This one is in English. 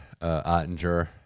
Ottinger